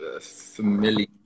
familiar